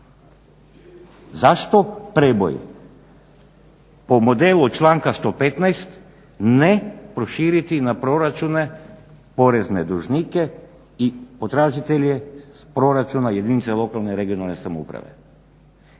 Zašto preboj po modelu članka 115. ne proširiti na proračune, porezne dužnike i potražitelje proračuna jedinice lokalne i regionalne samouprave.